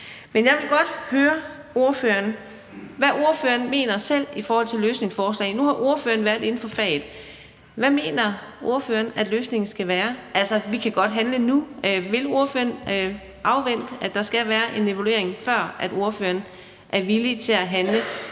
Men jeg vil godt høre ordføreren, hvad ordføreren selv mener i forhold til løsningsforslag. Nu har ordføreren været inden for faget. Hvad mener ordføreren at løsningen skal være? Vi kan godt handle nu. Vil ordføreren afvente en evaluering, før ordføreren er villig til at handle